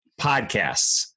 podcasts